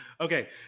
Okay